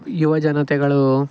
ಯುವಜನತೆಗಳು